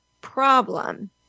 problem